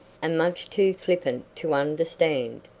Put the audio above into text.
and much too flippant to understand.